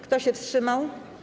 Kto się wstrzymał?